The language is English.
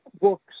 books